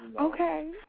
okay